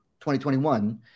2021